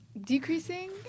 Decreasing